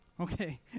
Okay